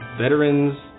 Veterans